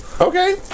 Okay